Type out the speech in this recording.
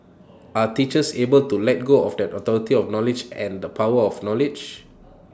are teachers able to let go of that authority of knowledge and the power of knowledge